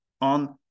on